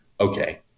okay